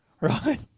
Right